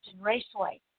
Raceway